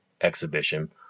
exhibition